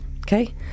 Okay